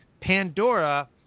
Pandora